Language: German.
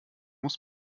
muss